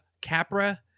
Capra